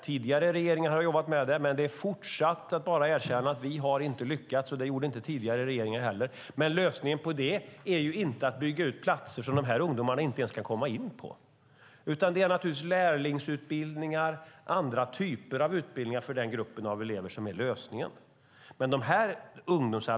Tidigare regeringar har jobbat med det, men det är fortsatt bara att erkänna att vi inte har lyckats. Det gjorde inte tidigare regeringar heller. Men lösningen på det är inte att bygga ut platser som de här ungdomarna inte ens kan komma in på, utan det är lärlingsutbildningar och andra typer av utbildningar för den gruppen av elever som är lösningen.